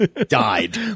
died